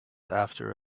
after